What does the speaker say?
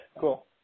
Cool